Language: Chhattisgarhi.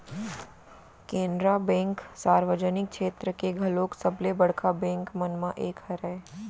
केनरा बेंक सार्वजनिक छेत्र के घलोक सबले बड़का बेंक मन म एक हरय